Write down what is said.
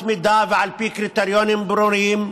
אם אסיר, על פי התנהגות ועל פי אמות מידה מסוימות,